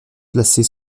placée